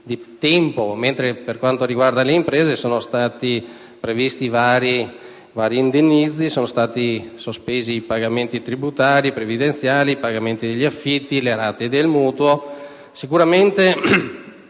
per quanto riguarda le imprese sono stati previsti vari indennizzi. Sono stati sospesi i pagamenti tributari e previdenziali, nonché i pagamenti degli affitti e delle rate del mutuo.